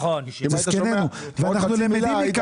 הם אומרים לך